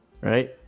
right